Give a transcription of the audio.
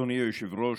אדוני היושב-ראש,